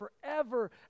forever